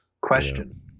Question